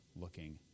looking